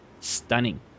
stunning